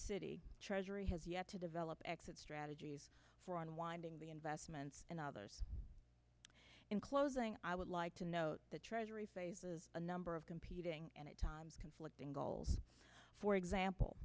city treasury has yet to develop exit strategies for unwinding the investments and others in closing i would like to note that treasury faces a number of competing and at times conflicting goals for example